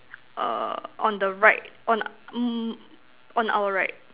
err on the right on mm on our right